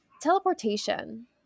teleportation